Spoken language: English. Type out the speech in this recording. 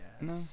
No